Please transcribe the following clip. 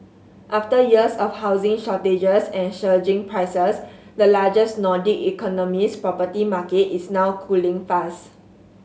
after years of housing shortages and surging prices the largest Nordic economy's property market is now cooling fast